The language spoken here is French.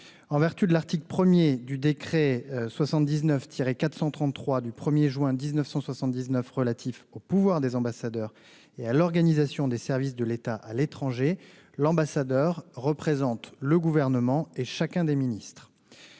En vertu de l'article 1 du décret n° 79-433 du 1 juin 1979 relatif aux pouvoirs des ambassadeurs et à l'organisation des services de l'État à l'étranger, l'ambassadeur représente le Gouvernement et chacun des ministres.